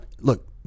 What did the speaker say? look